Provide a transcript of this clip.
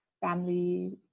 family